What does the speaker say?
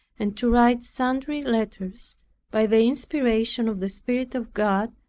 and to write sundry letters by the inspiration of the spirit of god,